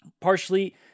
Partially